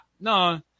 No